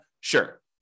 Sure